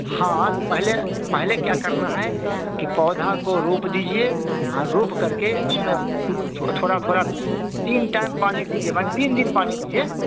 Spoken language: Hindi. हाँ तो पहले पहले क्या करना है कि पौधे को रोप दीजिए आ रोप करके उसमें थोड़ा थोड़ा तीन टाइम पानी दीजिए माने तीन दिन पानी दीजिए